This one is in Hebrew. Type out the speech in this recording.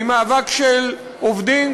ממאבק של עובדים,